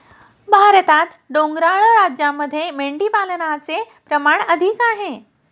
भारतात डोंगराळ राज्यांमध्ये मेंढीपालनाचे प्रमाण अधिक आहे